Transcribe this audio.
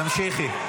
תמשיכי.